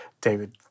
David